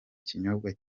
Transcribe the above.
kinyobwa